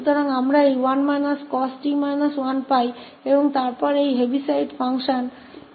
तो हमें 1 cos𝑡 1 मिलता है और फिर यह हेविसाइड फ़ंक्शन 𝐻𝑡 1 मिलता है